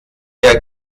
der